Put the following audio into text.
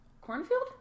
cornfield